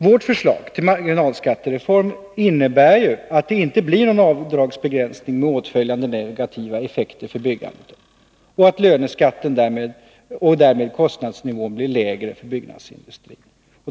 Vårt förslag till marginalskattereform innebär ju att det inte blir någon avdragsbegränsning med åtföljande negativa effekter på byggandet och att löneskatten och därmed kostnadsnivån blir lägre för byggnadsindustrin.